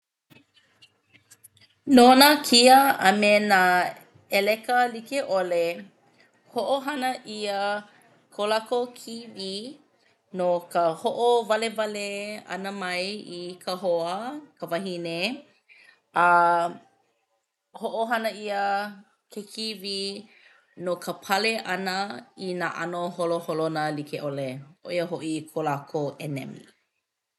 No nā kia a me nā ʻēleka like ʻole hoʻohana ʻia ko lākou kiwi no ka hoʻowalewale ʻana mai i ka hoa ka wahine a hoʻohana ʻia ke kiwi no ka pale ʻana i nā ʻano holoholona like ʻole ʻo ia hoʻi ko lākou ʻenemi.